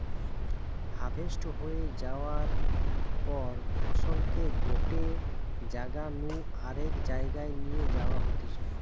harvest হয়ে যায়ার পর ফসলকে গটে জাগা নু আরেক জায়গায় নিয়ে যাওয়া হতিছে